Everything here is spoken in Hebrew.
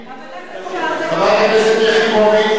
אבל איך אפשר חברת הכנסת יחימוביץ,